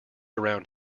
around